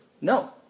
No